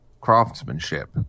craftsmanship